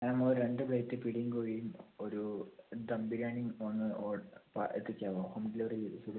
അതാവുമ്പം ഒരു രണ്ട് പ്ലേറ്റ് പിടിയും കോഴിയും ഒരു ദം ബിരിയാണിയും ഒന്ന് എത്തിച്ചുതരുമോ ഹോം ഡെലിവറി ചെയ്തുതരുമോ